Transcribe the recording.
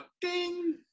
Ding